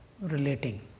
relating